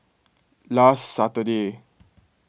last Saturday